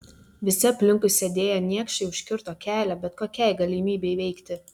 visi aplinkui sėdėję niekšai užkirto kelią bet kokiai galimybei veikti